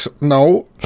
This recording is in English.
No